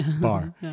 bar